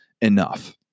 enough